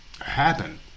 happen